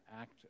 act